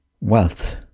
wealth